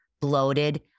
bloated